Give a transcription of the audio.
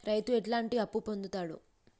రైతు ఎట్లాంటి అప్పు పొందుతడు?